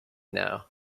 know